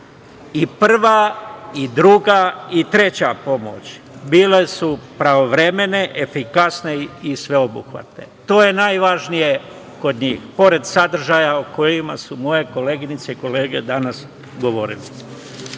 i prva, i druga i treća pomoć bile su pravovremene, efikasne i sveobuhvatne. To je najvažnije kod njih, pored sadržaja o kojima su moje koleginice i kolege danas govorile. Kad